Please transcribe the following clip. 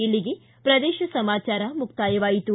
ಇಲ್ಲಿಗೆ ಪ್ರದೇಶ ಸಮಾಚಾರ ಮುಕ್ತಾಯವಾಯಿತು